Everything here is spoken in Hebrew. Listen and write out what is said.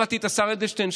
שמעתי את השר אדלשטיין,